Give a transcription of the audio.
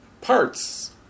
parts